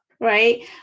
Right